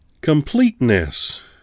completeness